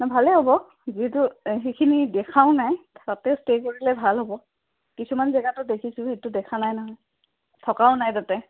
অঁ ভালেই হ'ব যিহেতু সেইখিনি দেখাও নাই তাতে ষ্টে' কৰিলে ভাল হ'ব কিছুমান জেগাটো দেখিছোঁ সেইটো দেখা নাই নহয় থকাও নাই তাতে